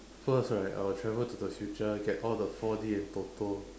first right I will travel to the future get all the four D and toto